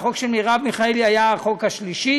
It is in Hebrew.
והחוק של מרב מיכאלי היה החוק השלישי,